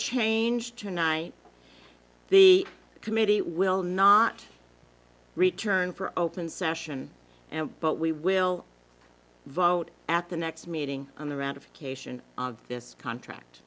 change tonight the committee will not return for open session but we will vote at the next meeting on the ratification of this contract